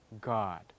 God